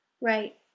Right